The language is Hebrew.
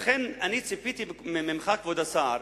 לכן ציפיתי ממך, כבוד השר,